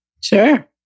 Sure